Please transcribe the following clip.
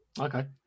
Okay